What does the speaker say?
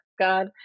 God